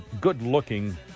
good-looking